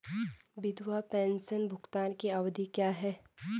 विधवा पेंशन भुगतान की अवधि क्या है?